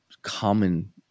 Common